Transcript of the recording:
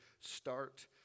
start